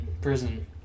prison